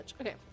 Okay